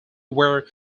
were